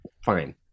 Fine